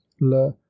Le